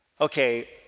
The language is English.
Okay